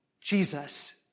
Jesus